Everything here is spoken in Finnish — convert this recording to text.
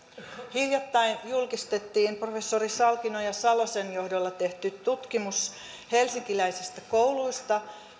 hiljattain julkistettiin professori salkinoja salosen johdolla tehty tutkimus helsinkiläisistä kouluista